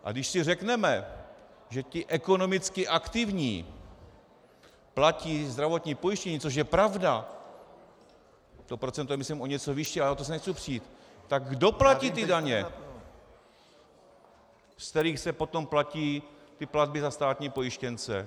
A když si řekneme, že ti ekonomicky aktivní platí zdravotní pojištění, což je pravda, to procento je myslím o něco vyšší, ale o to se nechci přít, tak kdo platí ty daně, ze kterých se potom platí platby za státní pojištěnce?